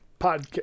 podcast